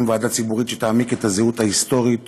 ועדה ציבורית שתעמיק את הזהות ההיסטורית